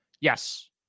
Yes